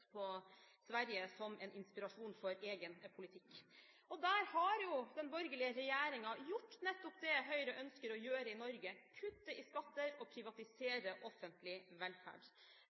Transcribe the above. på Sverige som en inspirasjon for egen politikk. Der har den borgerlige regjeringen gjort nettopp det Høyre ønsker å gjøre i Norge, kutte i skatter og privatisere offentlig velferd.